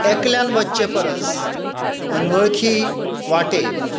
एकल्यान वच्चे परस अनवळखी वाटेर